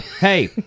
Hey